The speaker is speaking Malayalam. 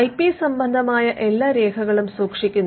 ഐ പി സംബന്ധമായ എല്ലാ രേഖകളും സൂക്ഷിക്കുന്നു